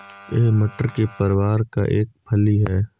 यह मटर के परिवार का एक फली है